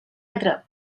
entre